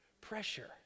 pressure